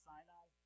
Sinai